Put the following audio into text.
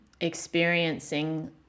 experiencing